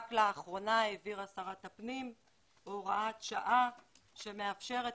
רק לאחרונה העבירה שרת הפנים הוראת שעה שמאפשרת